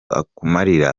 akumarira